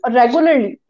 regularly